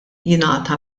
jingħata